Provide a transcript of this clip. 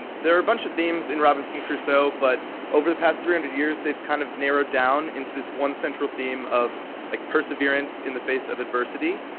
and there are a bunch of themes in robinson crusoe, but over the past three hundred years, they've kind of narrowed down into this one central theme of like perseverance in the face of adversity.